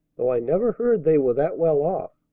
though i never heard they were that well off.